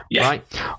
right